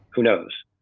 who knows?